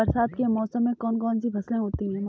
बरसात के मौसम में कौन कौन सी फसलें होती हैं?